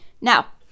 Now